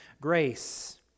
grace